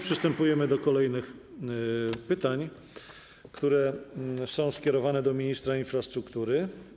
Przystępujemy do kolejnych pytań, które są skierowane do ministra infrastruktury.